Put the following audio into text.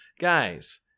guys